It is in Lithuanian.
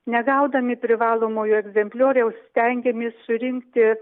negaudami privalomojo egzemplioriaus stengiamės surinkti